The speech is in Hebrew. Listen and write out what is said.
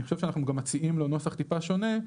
חושב שאנחנו גם מציעים לו נוסח טיפה שונה.